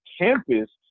Campus